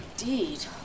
indeed